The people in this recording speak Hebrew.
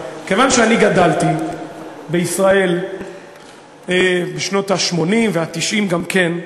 כיוון שגדלתי בישראל בשנות ה-80 וה-90 גם כן,